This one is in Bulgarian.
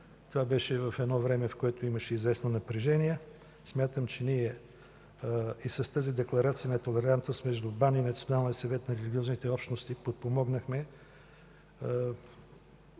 Това беше в едно време, в което имаше известно напрежение. Смятам, че ние с тази Декларация за толерантност между БАН и Националния съвет на религиозните общности подпомогнахме